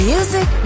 Music